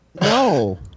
No